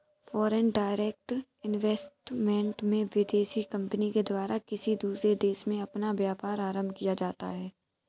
foreign direct investment में विदेशी company के द्वारा किसी दूसरे देश में अपना व्यापार आरंभ किया जाता है